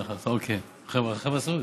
עכשיו מסעוד.